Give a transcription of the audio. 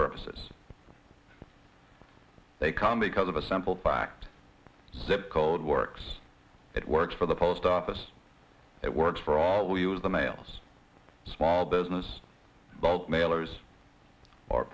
purposes they come because of a simple fact zip code works that works for the post office that works for all use the mails small business bulk mailers